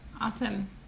Awesome